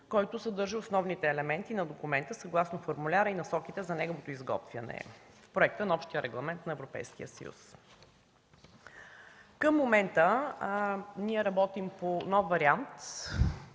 който съдържа основните елементи на документа съгласно формуляра и насоките за неговото изготвяне – проектът на общия регламент на Европейския съюз. Към момента ние работим по нов вариант